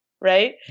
right